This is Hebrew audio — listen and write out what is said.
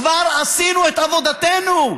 כבר עשינו את עבודתנו.